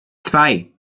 zwei